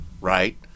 Right